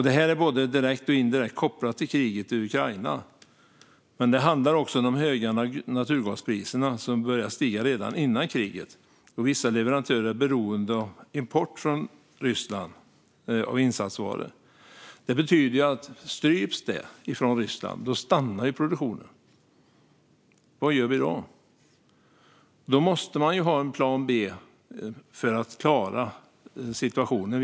Detta är både direkt och indirekt kopplat till kriget i Ukraina. Men det handlar också om de höga naturgaspriserna, som började stiga redan innan kriget. Vissa leverantörer är beroende av import av insatsvaror från Ryssland. Stryps den stannar produktionen. Vad gör vi då? Då måste man ha en plan B för att klara situationen.